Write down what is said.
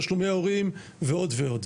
תשלומי הורים ועוד ועוד,